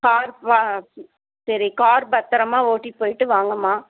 car வ சரி car பத்தரமாக ஓட்டிகிட்டு போயிவிட்டு வாங்கம்மா